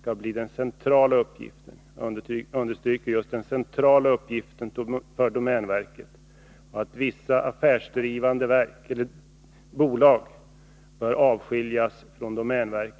skall bli den centrala uppgiften för domänverket och säger att vissa affärsdrivande bolag bör avskiljas från domänverket.